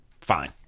fine